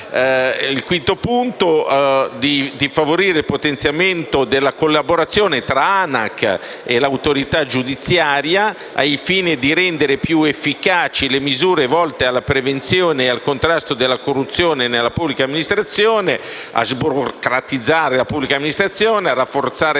il Governo a favorire il potenziamento della collaborazione tra l'ANAC e l'autorità giudiziaria, al fine di rendere più efficaci le misure volte alla prevenzione e al contrasto della corruzione nella pubblica amministrazione, a rafforzare l'azione di vigilanza amministrativa in materia